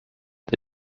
the